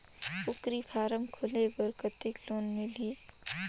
कूकरी फारम खोले बर कतेक लोन मिलही?